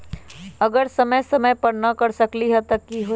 अगर समय समय पर न कर सकील त कि हुई?